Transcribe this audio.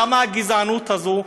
למה הגזענות הזאת?